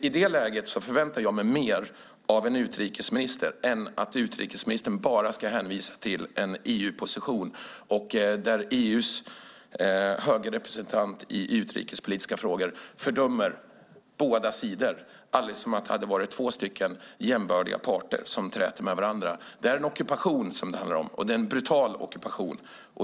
I det läget väntar jag mig mer av en utrikesminister än att han bara hänvisar till en EU-position där EU:s höge representant i utrikespolitiska frågor fördömer båda sidor, alldeles som om det hade varit två jämbördiga parter som träter med varandra. Det är ockupation som det handlar om, en brutal ockupation.